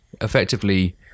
effectively